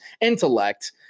intellect